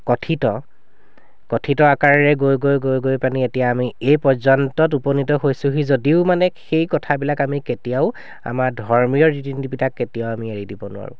কথিত কথিত আকাৰেৰে গৈ গৈ গৈ গৈ পেনি এতিয়া আমি এই পৰ্যন্তত উপনীত হৈছোহি যদিও মানে সেই কথাবিলাক আমি কেতিয়াও আমাৰ ধৰ্মীয় ৰীতি নীতিবিলাক কেতিয়াও আমি এৰি দিব নোৱাৰোঁ